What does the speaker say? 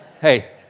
hey